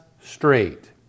straight